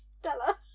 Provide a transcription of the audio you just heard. Stella